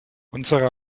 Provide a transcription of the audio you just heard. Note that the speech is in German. unsere